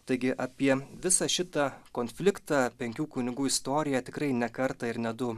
taigi apie visą šitą konfliktą penkių kunigų istoriją tikrai ne kartą ir ne du